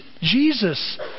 Jesus